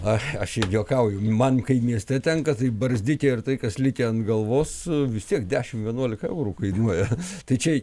aš aš ir juokauju man kai mieste tenka taip barzdikė ir tai kas likę ant galvos vis tiek dešimt vienuolika eurų kainuoja tai čia